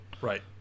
Right